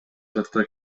тарта